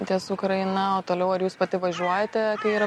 ties ukraina o toliau ar jūs pati važiuojate kai yra